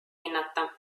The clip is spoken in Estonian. hinnata